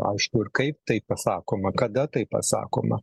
aišku ir kaip tai pasakoma kada tai pasakoma